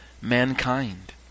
mankind